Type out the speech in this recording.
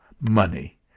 Money